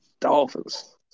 Dolphins